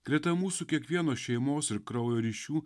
greta mūsų kiekvieno šeimos ir kraujo ryšių